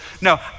No